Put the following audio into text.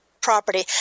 property